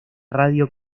radio